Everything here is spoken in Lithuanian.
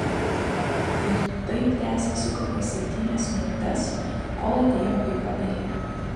ir taip tęsėsi kokias septynias minutes kol atėjo hipio eilė